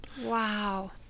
Wow